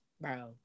bro